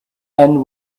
and